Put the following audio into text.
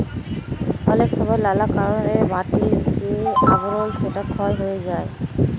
অলেক সময় লালা কারলে মাটির যে আবরল সেটা ক্ষয় হ্যয়ে যায়